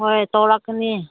ꯍꯣꯏ ꯇꯧꯔꯛꯀꯅꯤ